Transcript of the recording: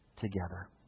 together